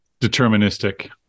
Deterministic